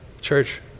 Church